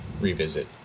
revisit